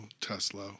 Tesla